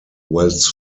wells